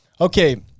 Okay